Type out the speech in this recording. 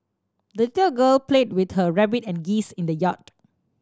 the little girl played with her rabbit and geese in the yard